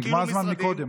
נגמר הזמן קודם.